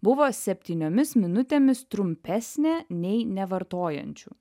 buvo septyniomis minutėmis trumpesnė nei nevartojančių